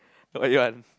what you want